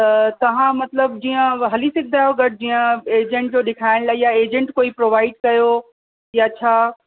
त तव्हां मतलबु जीअं हली सघंदा आहियो गॾु जीअं एजंट जो ॾेखारण लाइ या एजंट कोई प्रोवाइड कयो या छा